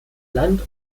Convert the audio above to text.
land